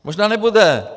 Možná nebude.